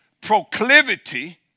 proclivity